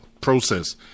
process